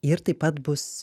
ir taip pat bus